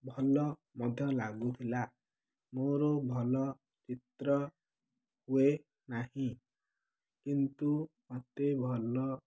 ଭଲ ମଧ୍ୟ ଲାଗୁଥିଲା ମୋର ଭଲ ଚିତ୍ର ହୁଏ ନାହିଁ କିନ୍ତୁ ମୋତେ ଭଲ